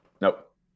Nope